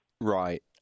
Right